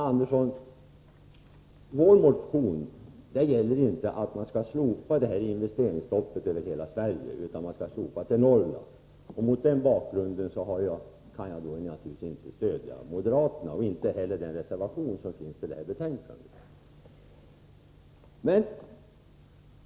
Herr talman! Motionen gäller inte, Arne Andersson i Ljung, slopande av investeringsstoppet över hela Sverige, utan bara i Norrland. Mot den bakgrunden kan jag naturligtvis inte stödja moderaterna och inte heller den reservation som finns fogad till betänkandet.